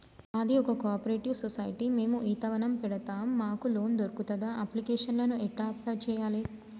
మాది ఒక cooperative society మేము ఈత వనం పెడతం మాకు లోన్ దొర్కుతదా? అప్లికేషన్లను ఎట్ల అప్లయ్ చేయాలే?